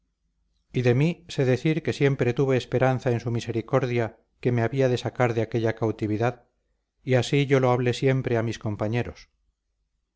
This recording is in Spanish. y de mí sé decir que siempre tuve esperanza en su misericordia que me había de sacar de aquella cautividad y así yo lo hablé siempre a mis compañeros